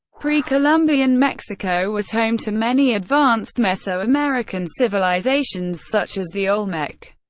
pre-columbian mexico was home to many advanced mesoamerican civilizations, such as the olmec,